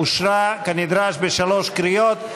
אושרה כנדרש בשלוש קריאות.